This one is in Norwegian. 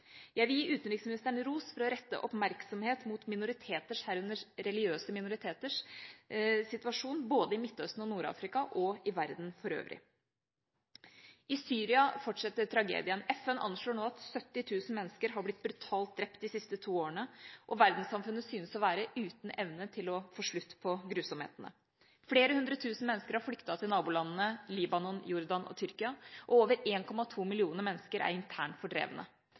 Jeg vil gi utenriksministeren ros for å rette oppmerksomhet mot minoriteters, herunder religiøse minoriteters, situasjon, både i Midtøsten, Nord-Afrika og i verden for øvrig. I Syria fortsetter tragedien. FN anslår nå at 70 000 mennesker er blitt brutalt drept de siste to årene, og verdenssamfunnet synes å være uten evne til å få slutt på grusomhetene. Flere hundretusen mennesker har flyktet til nabolandene Libanon, Jordan og Tyrkia, og over 1,2 mill. mennesker er internt fordrevne.